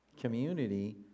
community